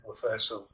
professor